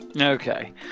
Okay